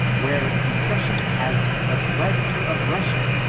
where concession has but led to aggression,